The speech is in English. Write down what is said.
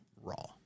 Raw